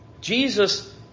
Jesus